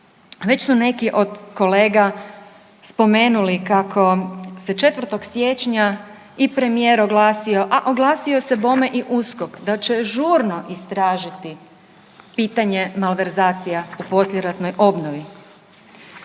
Već su neki od kolega spomenuli kako se 4. siječnja i premijer oglasio, a oglasio se bome i USKOK da će žurno istražiti pitanje malverzacija u poslijeratnoj obnovi.